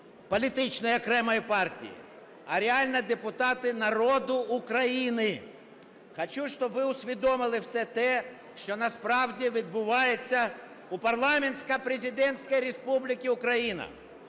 політичної окремої партії, а реально депутати народу України. Хочу, щоб ви усвідомили все те, що насправді відбувається у парламентсько-президентській республіці Україна.